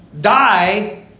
die